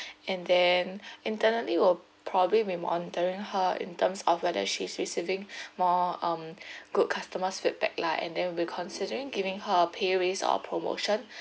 and then internally we'll probably be monitoring her in terms of whether she's receiving more um good customers' feedback lah and then we considering giving her a pay raise or a promotion